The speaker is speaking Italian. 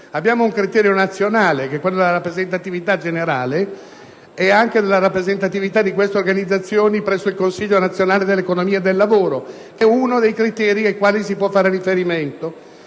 Abbiamo un criterio nazionale, quello della rappresentatività generale e anche della rappresentatività di queste organizzazioni presso il Consiglio nazionale dell'economia e del lavoro, che potrebbe essere uno dei criteri cui si può far riferimento.